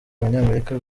abanyamerika